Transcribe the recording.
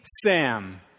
sam